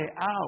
out